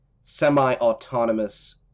semi-autonomous